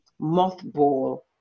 mothball